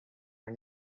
are